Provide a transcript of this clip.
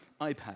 iPad